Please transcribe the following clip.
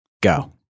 Go